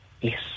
Yes